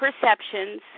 perceptions